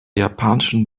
japanischen